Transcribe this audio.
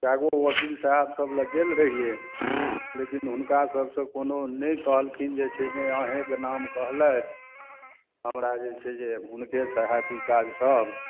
कए गो वकील साहबसभ लग गेल रहियै लेकिन हुनका सभसँ कोनो नहि कहलखिन जे छै से अहेँके नाम कहलथि हमरा जे छै से हुनकेसँ हैत ई काजसभ